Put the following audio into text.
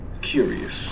curious